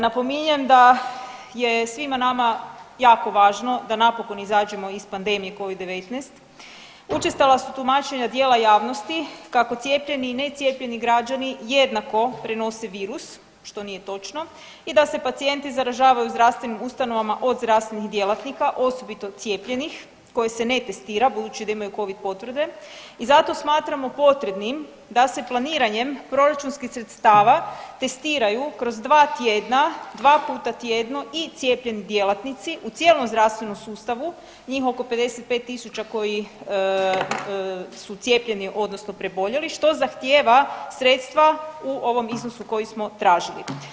Napominjem da je svima nama jako važno da napokon izađemo iz pandemije covid-19, učestala su tumačenja dijela javnosti kako cijepljeni i necijepljeni građani jednako prenose virus, što nije točno, i da se pacijenti zaražavaju u zdravstvenim ustanovama od zdravstvenih djelatnika, osobito cijepljenih koji se ne testira budući da imaju covid potvrde i zato smatramo potrebnim da se planiranjem proračunskih sredstava testiraju kroz dva tjedna, dva puta tjedno i cijepljeni djelatnici u cijelom zdravstvenom sustavu njih oko 55.000 koji su cijepljeni odnosno preboljeli što zahtjeva sredstva u ovom iznosu koji smo tražili.